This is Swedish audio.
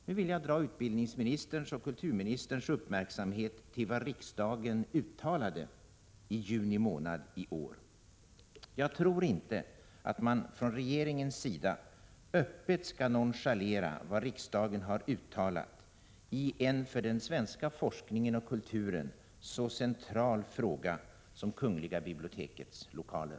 Nu vill jag fästa utbildningsministerns och kulturministerns uppmärksamhet på vad riksdagen uttalade i juni månad i år. Jag tror inte att man från regeringens sida öppet skall nonchalera vad riksdagen uttalat i en för den svenska forskningen och kulturen så central fråga som kungl. bibliotekets lokaler.